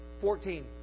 Fourteen